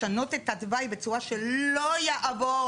לשנות את התוואי בצורה שלא יעבור,